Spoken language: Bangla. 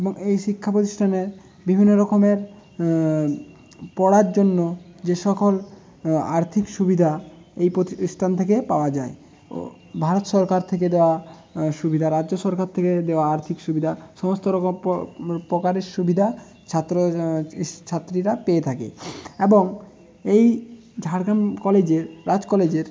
এই শিক্ষা প্রতিষ্ঠানের বিভিন্ন রকমের পড়ার জন্য যে সকল আর্থিক সুবিধা এই প্রতিষ্ঠান থেকে পাওয়া যায় ও ভারত সরকার থেকে দেওয়া সুবিধা রাজ্য সরকার থেকে দেওয়া আর্থিক সুবিধা সমস্ত রকম প্রকারের সুবিধা ছাত্র ছাত্রীরা পেয়ে থাকে এবং এই ঝাড়গ্রাম কলেজের রাজ কলেজের